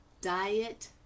diet